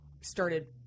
started